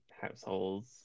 households